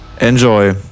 Enjoy